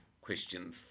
Question